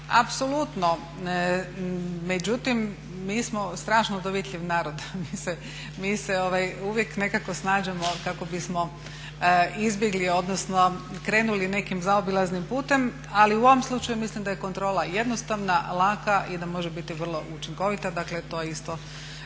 apsolutno, međutim mi smo strašno dovitljiv narod. Mi se uvijek nekako snađemo kako bismo izbjegli, odnosno krenuli nekim zaobilaznim putem ali u ovom slučaju mislim da je kontrola jednostavna, laka i da može biti vrlo učinkovita. Dakle to je isto